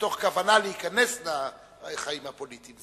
מתוך כוונה להיכנס לחיים הפוליטיים.